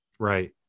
Right